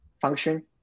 function